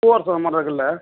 பூவரசன் மரம் இருக்குல்ல